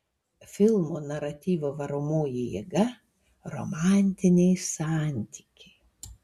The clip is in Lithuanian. filmo naratyvo varomoji jėga romantiniai santykiai